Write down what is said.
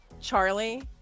Charlie